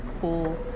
cool